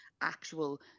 actual